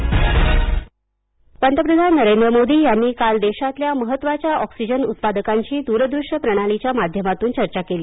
पंतप्रधान ऑक्सिजन पंतप्रधान नरेंद्र मोदी यांनी काल देशातल्या महत्त्वाच्या ऑक्सिजन उत्पादकांशी दूरदृश्य प्रणालीच्या माध्यमातून चर्चा केली